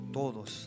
todos